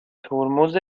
ترمز